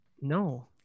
No